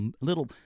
little